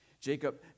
Jacob